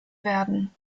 werden